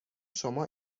شما